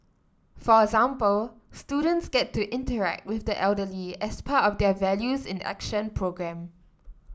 for example students get to interact with the elderly as part of their values in Action programme